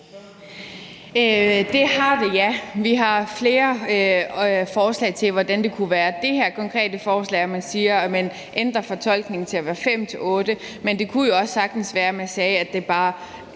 Det har vi, ja, vi har flere forslag til, hvordan det kunne være. Der er det her konkrete forslag, at man ændrer fortolkningen fra fem til otte delegationer. Men det kunne jo også sagtens være, at man sagde, at det skal